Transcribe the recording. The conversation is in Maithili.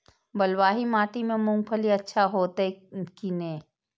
बलवाही माटी में मूंगफली अच्छा होते की ने?